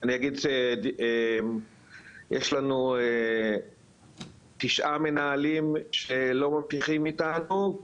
אני אגיד שיש לנו תשעה מנהלים שלא ממשיכים איתנו,